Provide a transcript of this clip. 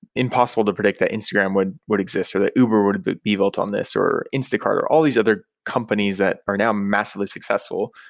impossible to predict that instagram would exist, exist, or that uber would be built on this, or instacart, or all these other companies that are now massively successful.